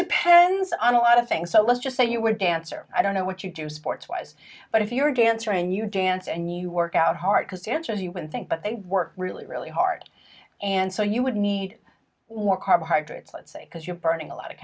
depends on a lot of things so let's just say you were dancer i don't know what you do sports wise but if you're dancer and you dance and you work out hard because dancers you would think but they work really really hard and so you would need more carbohydrates let's say because you're burning a lot of